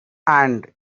and